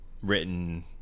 written